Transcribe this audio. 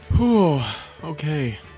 okay